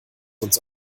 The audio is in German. uns